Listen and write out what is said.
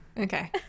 Okay